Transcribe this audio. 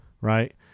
Right